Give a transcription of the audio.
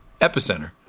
epicenter